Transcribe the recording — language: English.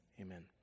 Amen